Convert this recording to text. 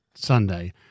Sunday